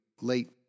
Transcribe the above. late